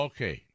Okay